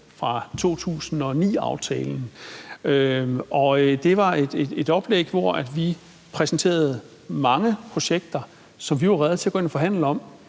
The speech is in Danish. for 2009-aftalen, og det var et oplæg, hvor vi præsenterede mange projekter, som vi var rede til at gå ind og